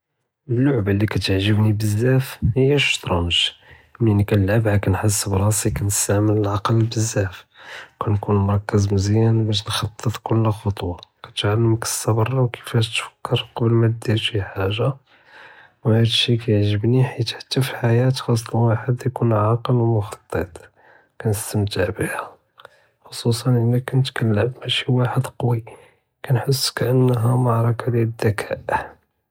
אללעְבַּה לִי כִּיתְעְ׳גְ׳בּנִי בּזַאפ הִיֵא אֶלשַׁטְרַנְג׳, מלִי כּנְלְעְבְּהַא כּנְחס בּראסִי כּנְסְתַעְמֶל אלעַקְּל בּזַאפ, כּנְכוּן מֻרַכֶּז מְזִיַאן בּאש נְחַטֶּט כּוּלַא חֻטְוַה, כִּתְעַלְמֶכּ אֶלצַבְּר וּכּיפאש תְפַכֶּר כֻּל קּבְּל מַא תְדִיר שי חַאגַ׳ה, וּהאד אֶלשי כִּיעְ׳גְ׳בּנִי חִית חתַּא פִי אֶלחְיַאה חְ׳אס אלוַאחֶד יְכוּן עַאקֶּל וּמֻחַטֶּט, כּנְסְתַמְתִע בִּיהַא חְ'צוּסַאן אִלא כֻּנְת כּנְלְעַבּ מעַא שי וַאחֶד קּוִי, כּנְחס כּאַֻנהַא מַעְרַכַּה דִיַאל אֶלדְּכַּאא.